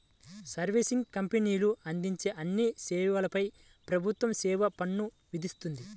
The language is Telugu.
సర్వీసింగ్ కంపెనీలు అందించే అన్ని సేవలపై ప్రభుత్వం సేవా పన్ను విధిస్తుంది